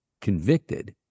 convicted